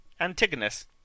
Antigonus